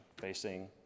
facing